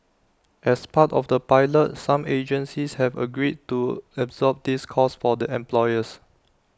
as part of the pilot some agencies have agreed to absorb this cost for the employers